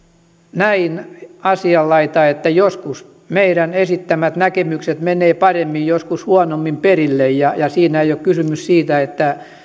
näin asianlaita että joskus meidän esittämämme näkemykset menevät paremmin joskus huonommin perille ja siinä ei ole kysymys siitä että